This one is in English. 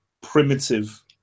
primitive